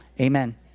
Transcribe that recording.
Amen